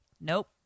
nope